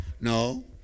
No